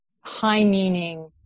high-meaning